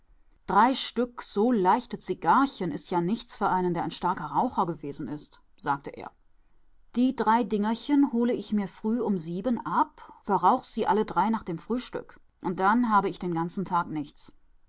drei stück so leichte zigarrchen ist ja nichts für einen der ein starker raucher gewesen ist sagte er die drei dingerchen hole ich mir früh um sieben ab und verrauch sie alle drei nach dem frühstück und dann habe ich den ganzen tag nichts